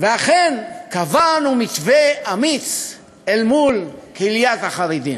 ואכן קבענו מתווה אמיץ אל מול קהילת החרדים.